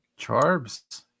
Charbs